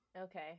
Okay